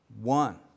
One